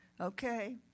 okay